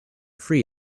free